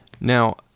Now